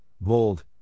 bold